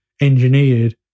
engineered